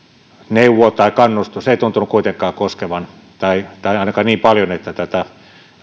neuvo tai kannustus ei tuntunut kuitenkaan koskevan tai tai ainakaan niin paljon että tätä